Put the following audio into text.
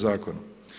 Zakona.